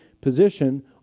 position